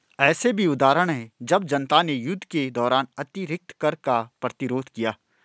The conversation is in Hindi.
ऐसे भी उदाहरण हैं जब जनता ने युद्ध के दौरान अतिरिक्त कर का प्रतिरोध किया